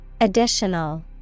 Additional